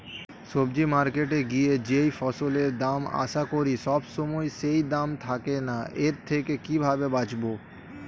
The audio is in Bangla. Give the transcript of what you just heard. সবজি মার্কেটে গিয়ে যেই ফসলের দাম আশা করি সবসময় সেই দাম থাকে না এর থেকে কিভাবে বাঁচাবো?